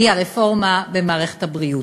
היא הרפורמה במערכת הבריאות.